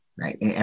right